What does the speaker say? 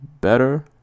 better